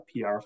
PR